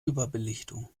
überbelichtung